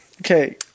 Okay